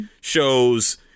shows